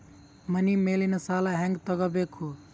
ಮನಿ ಮೇಲಿನ ಸಾಲ ಹ್ಯಾಂಗ್ ತಗೋಬೇಕು?